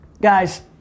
Guys